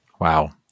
Wow